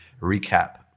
recap